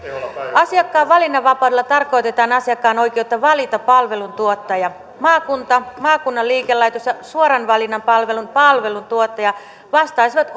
asiakkaan valinnanvapaudella tarkoitetaan asiakkaan oikeutta valita palveluntuottaja maakunta maakunnan liikelaitos ja suoran valinnan palvelun palveluntuottaja vastaisivat